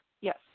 yes